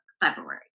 february